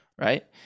right